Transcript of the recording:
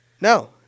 No